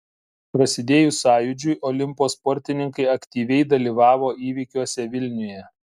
prasidėjus sąjūdžiui olimpo sportininkai aktyviai dalyvavo įvykiuose vilniuje